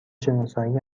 شناسایی